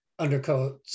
undercoats